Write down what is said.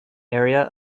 area